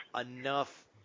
enough